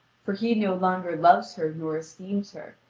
for he no longer loves her nor esteems her,